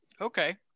Okay